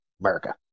America